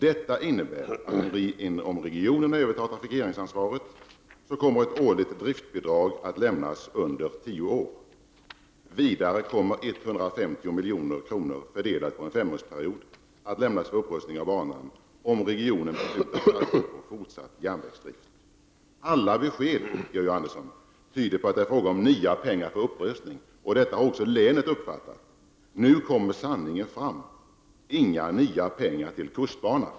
Detta innebär att om regionen övertar trafikeringsansvaret kommer ett årligt driftbidrag att lämnas under tio år. Vidare kommer 150 milj.kr. fördelat på en femårsperiod att lämnas för upprustning av banan, om regionen satsar på fortsatt järnvägsdrift. Alla besked, Georg Andersson, tyder på att det är fråga om nya pengar för upprustning. Så har också länet uppfattat det. Nu kommer sanningen fram! Inga nya pengar till kustbanan.